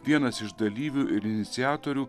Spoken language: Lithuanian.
vienas iš dalyvių ir iniciatorių